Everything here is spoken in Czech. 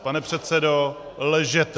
Pane předsedo, lžete!